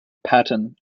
patton